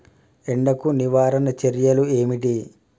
ఎండకు నివారణ చర్యలు ఏమిటి?